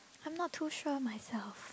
I am not too sure of myself